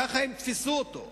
ככה הם יתפסו אותו,